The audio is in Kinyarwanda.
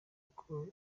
uko